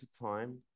time